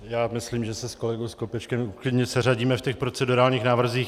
Já myslím, že se s kolegou Skopečkem klidně seřadíme v těch procedurálních návrzích.